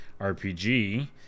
RPG